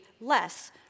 less